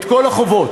את כל החובות,